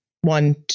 One